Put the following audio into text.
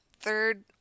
third